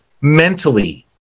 mentally